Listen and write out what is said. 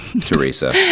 Teresa